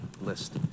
list